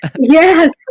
Yes